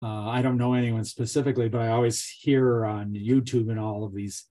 ‫אני לא מכיר אף אחד ספציפי, ‫אבל אני תמיד שומע על יוטיוב וכל זה.